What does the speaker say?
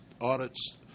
audits